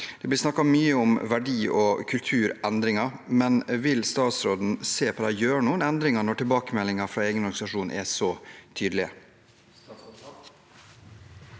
Det blir snakket mye om verdi- og kulturendringer, men vil statsråden gjøre noen endringer når tilbakemeldingene fra egen organisasjon er så tydelige?